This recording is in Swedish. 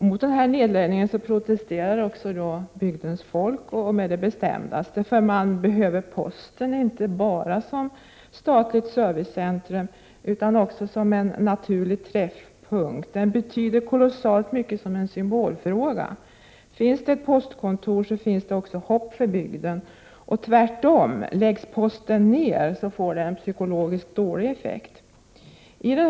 Mot dessa nedläggningar protesterar bygdens folk på det bestämdaste. Man behöver nämligen posten inte bara som ett statligt servicecentrum utan också som en naturlig träffpunkt. Ett postkontor har en kolossalt stor symbolisk betydelse. Finns det ett postkontor, finns det också hopp för bygden. Och tvärtom: Om postkontoret läggs ned, får det en psykologiskt dålig effekt.